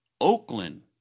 Oakland